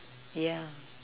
yeah